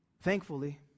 Thankfully